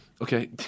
Okay